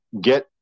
Get